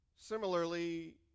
Similarly